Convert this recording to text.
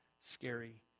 scary